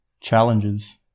challenges